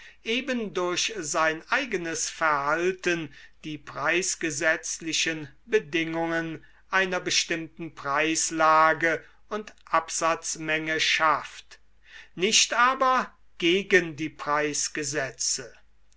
eben durch sein eigenes verhalten die preisgesetzlichen bedingungen einer bestimmten preislage und absatzmenge schafft nicht aber gegen die